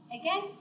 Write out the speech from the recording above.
again